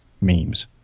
memes